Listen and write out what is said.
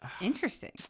Interesting